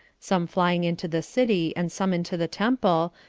some flying into the city, and some into the temple,